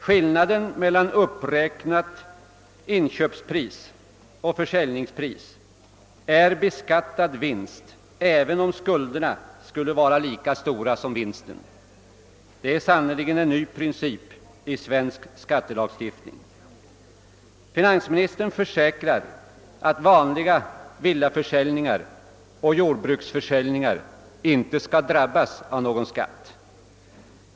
Skillnaden mellan uppräknat inköpspris och försäljningspris är beskattad vinst, även om skulderna skulle vara lika stora som vinsten. Det är sannerligen en ny princip i svensk skattelagstiftning! Finansministern försäkrar att vanliga villaförsäljningar och jordbruksförsäljningar inte skall drabbas av någon skatt.